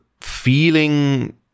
feeling